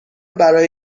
برای